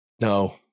no